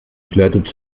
flirtete